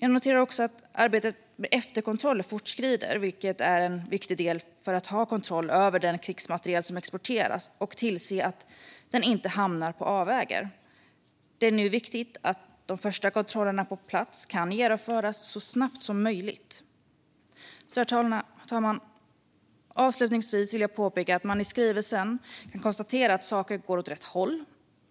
Jag noterar också att arbetet med efterkontroller fortskrider, vilket är en viktig del för att ha kontroll över den krigsmateriel som exporteras och tillse att den inte hamnar på avvägar. Det är nu viktigt att de första kontrollerna på plats kan genomföras så snabbt som möjligt. Herr talman! Avslutningsvis vill jag påpeka att man i skrivelsen kan konstatera att saker går åt rätt håll